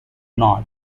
not